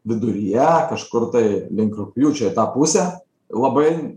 viduryje kažkur tai link rugpjūčio į tą pusę labai